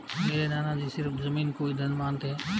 मेरे नाना जी सिर्फ जमीन को ही धन मानते हैं